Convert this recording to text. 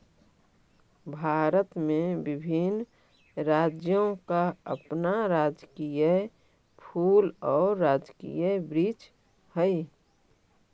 भारत में विभिन्न राज्यों का अपना राजकीय फूल और राजकीय वृक्ष हई